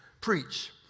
preach